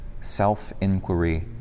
self-inquiry